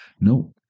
no